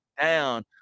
down